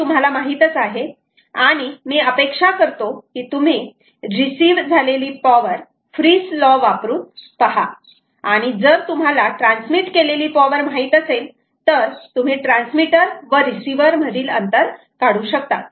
हे तुम्हाला माहीतच आहे आणि मी अपेक्षा करतो की तुम्ही रिसीव्ह झालेली पावर फ्रिस लॉ वापरून पहा आणि जर तुम्हाला ट्रान्समिट केलेली पॉवर माहित असेल तर तुम्ही ट्रान्समीटर व रिसीवर मधील अंतर काढू शकतात